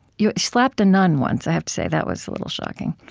you slapped a nun once. i have to say that was a little shocking.